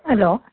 hello